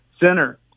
Center